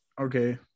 okay